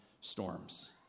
storms